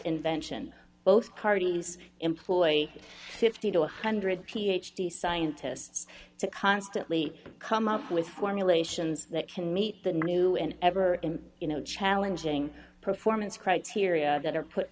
invention both parties employ fifty to one hundred ph d scientists to constantly come up with formulations that can meet the new and ever in you know challenging performance criteria that are put